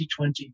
2020